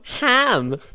Ham